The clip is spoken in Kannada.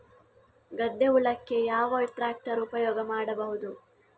ಗದ್ದೆ ಉಳಲಿಕ್ಕೆ ಯಾವ ಟ್ರ್ಯಾಕ್ಟರ್ ಉಪಯೋಗ ಮಾಡಬೇಕು?